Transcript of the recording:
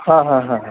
हां हां हां हां